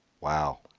Wow